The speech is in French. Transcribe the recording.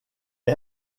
que